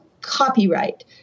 copyright